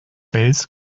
wales